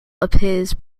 appears